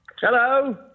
Hello